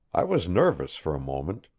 i was nervous for a moment,